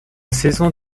saison